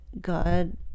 God